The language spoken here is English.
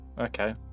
Okay